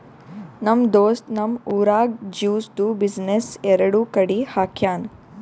ನಮ್ ದೋಸ್ತ್ ನಮ್ ಊರಾಗ್ ಜ್ಯೂಸ್ದು ಬಿಸಿನ್ನೆಸ್ ಎರಡು ಕಡಿ ಹಾಕ್ಯಾನ್